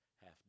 half